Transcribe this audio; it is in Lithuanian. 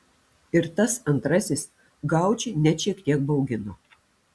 ir tas antrasis gaučį net šiek tiek baugino